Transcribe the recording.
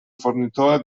fornitore